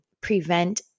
prevent